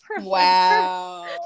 wow